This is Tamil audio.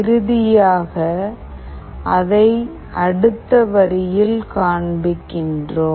இறுதியாக அதை அடுத்த வரியில் காண்பிக்கிறோம்